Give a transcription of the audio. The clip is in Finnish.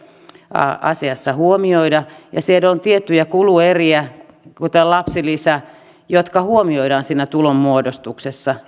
asiassa huomioida siellä on tiettyjä kulueriä kuten lapsilisä jotka huomioidaan siinä tulonmuodostuksessa